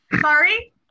Sorry